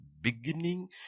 beginning